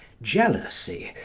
jealousy,